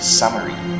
summary